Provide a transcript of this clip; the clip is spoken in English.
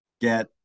get